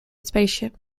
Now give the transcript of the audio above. spaceship